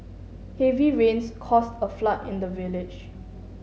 heavy rains caused a flood in the village